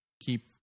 keep